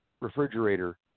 refrigerator